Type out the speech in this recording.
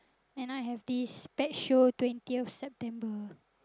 and I have this pet show twentieth September